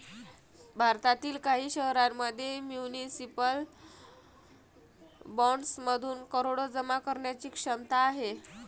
भारतातील काही शहरांमध्ये म्युनिसिपल बॉण्ड्समधून करोडो जमा करण्याची क्षमता आहे